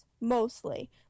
mostly